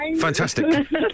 Fantastic